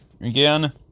Again